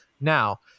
Now